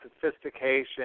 sophistication